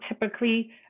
typically